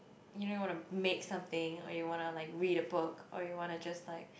you know wanna make something or you wanna like read a book or you wanna just like